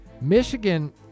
michigan